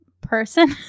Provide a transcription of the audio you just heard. person